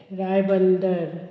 Ribandar